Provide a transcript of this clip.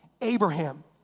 Abraham